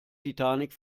titanic